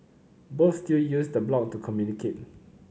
both still use the blog to communicate